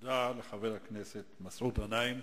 תודה לחבר הכנסת מסעוד גנאים.